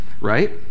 right